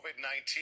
COVID-19